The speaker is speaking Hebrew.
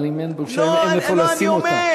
אבל אם אין בושה אין איפה לשים אותה.